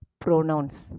pronouns